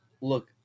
Look